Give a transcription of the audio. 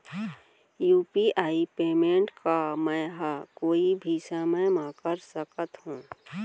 UPI payment का मैं ह कोई भी समय म कर सकत हो?